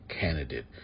candidate